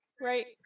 Right